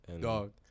Dog